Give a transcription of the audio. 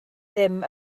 ddim